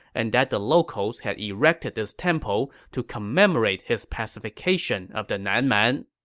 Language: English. and that the locals had erected this temple to commemorate his pacification of the nan man.